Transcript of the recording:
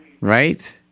Right